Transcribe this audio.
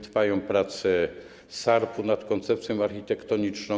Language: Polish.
Trwają prace SARP nad koncepcją architektoniczną.